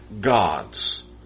God's